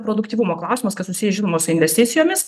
produktyvumo klausimas kas susiję žinoma su investicijomis